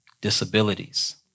disabilities